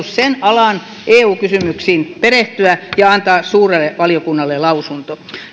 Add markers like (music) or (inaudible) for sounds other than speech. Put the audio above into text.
(unintelligible) sen alan eu kysymyksiin perehtyä ja antaa suurelle valiokunnalle lausunto